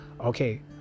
Okay